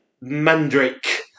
Mandrake